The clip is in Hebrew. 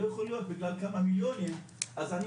לא יכול להיות בגלל כמה מיליונים אז אני